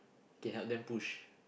can help them push